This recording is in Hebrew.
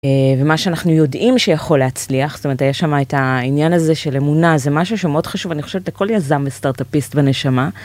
ומה שאנחנו יודעים שיכול להצליח זאת אומרת היה שם את העניין הזה של אמונה זה משהו שמאוד חשוב אני חושבת לכל יזם וסטארטאפיסט בנשמה.